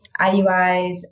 IUIs